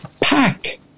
pack